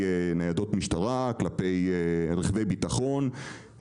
כלפי ניידות משטרה, כלפי רכבי ביטחון.